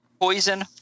Poison